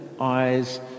eyes